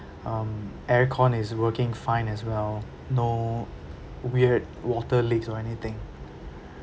um aircon is working fine as well no weird water leaks or anything